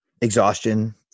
exhaustion